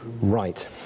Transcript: right